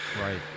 Right